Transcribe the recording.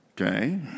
okay